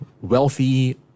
wealthy